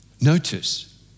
Notice